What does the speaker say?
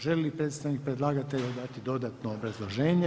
Želi li predstavnik predlagatelja dati dodatno obrazloženje?